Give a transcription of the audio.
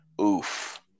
Oof